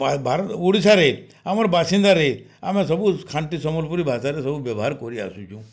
ଭାରତ୍ ଓଡ଼ିଶାରେ ଆମର୍ ବାସିନ୍ଦାରେ ଆମେ ସବୁ ଖାଣ୍ଟି ସମ୍ବଲ୍ପୁରୀ ଭାଷାରେ ସବୁ ବ୍ୟବହାର୍ କରି ଆସୁଚୁଁ